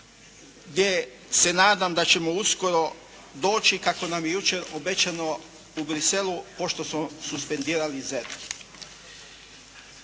gdje se nadam da ćemo uskoro doći kako nam je jučer obećano u Bruxellesu pošto smo suspendirali ZERP.